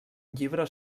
llibre